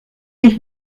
mich